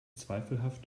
zweifelhaft